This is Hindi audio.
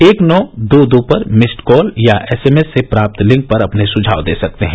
एक नौ दो दो पर मिस्ड कॉल या एसएमएस से प्राप्त लिंक पर अपने सुझाव दे सकते हैं